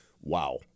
Wow